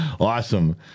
Awesome